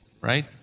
right